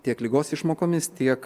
tiek ligos išmokomis tiek